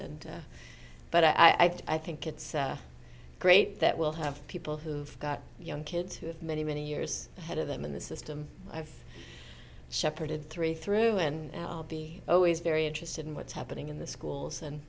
but i think it's great that we'll have people who've got young kids who have many many years ahead of them in the system i've shepherded three through and i'll be always very interested in what's happening in the schools and